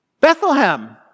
Bethlehem